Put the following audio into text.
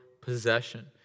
possession